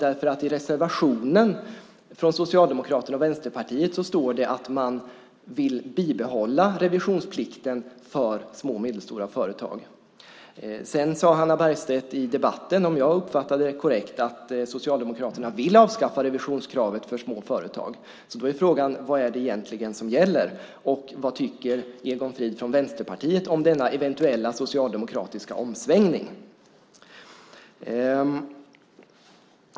I reservationen från Socialdemokraterna och Vänsterpartiet står det att man vill bibehålla revisionsplikten för små och medelstora företag. Sedan sade Hanna Bergstedt i debatten, om jag uppfattade det korrekt, att Socialdemokraterna vill avskaffa revisionskravet för små företag. Då är frågan vad det egentligen är som gäller. Och vad tycker Egon Frid från Vänsterpartiet om denna eventuella socialdemokratiska omsvängning?